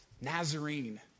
Nazarene